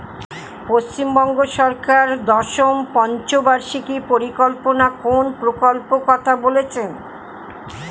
পশ্চিমবঙ্গ সরকার দশম পঞ্চ বার্ষিক পরিকল্পনা কোন প্রকল্প কথা বলেছেন?